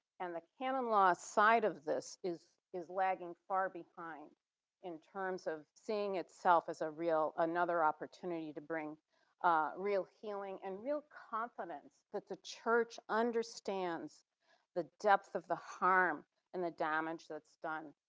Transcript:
and the canon law side of this is is lagging far behind in terms of seeing itself as a real another opportunity to bring real healing and real confidence that the church understands the depth of the harm and the damage that's done.